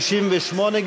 תגיד בהתחלה.